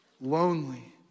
lonely